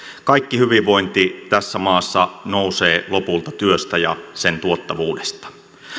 kaikki hyvinvointi tässä maassa nousee lopulta työstä ja sen tuottavuudesta